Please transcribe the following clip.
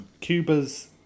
Cuba's